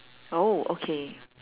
oh okay